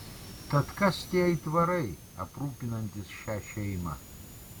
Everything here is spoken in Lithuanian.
tad kas tie aitvarai aprūpinantys šią šeimą